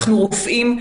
אנחנו רופאים,